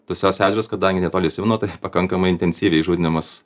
dusios ežeras kadangi netoli simno tai pakankamai intensyviai žuvinamas